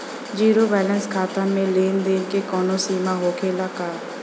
Zero balance खाता में लेन देन के कवनो सीमा होखे ला का?